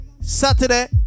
Saturday